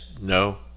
no